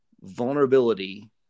vulnerability